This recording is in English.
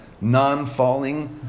non-falling